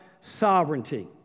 sovereignty